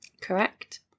Correct